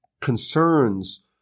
concerns